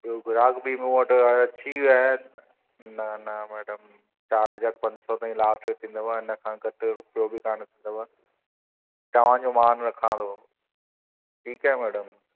ॿियो ग्राहक बि मूं वटि अची विया आहिनि न न मैडम चारि हज़ार पंज सौ तईं लास्ट थींदव हिनसां घटि कोन्ह थीदव तव्हांजो मान रखाव थो ठीकु आहे मैडम